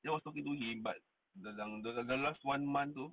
then I was talking to him but the last one month tu